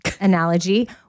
analogy